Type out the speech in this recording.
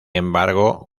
embargo